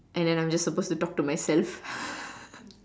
and then I'm just supposed to talk to myself